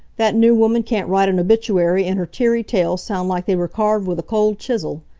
that new woman can't write an obituary, and her teary tales sound like they were carved with a cold chisel.